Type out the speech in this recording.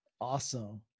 awesome